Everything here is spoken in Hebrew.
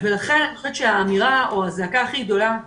לכן אני חושבת שהאמירה או הזעקה הכי גדולה היא